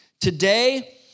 Today